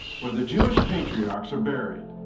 where the jewish patriarchs are buried.